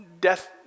death